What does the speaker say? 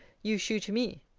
you shew to me.